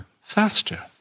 faster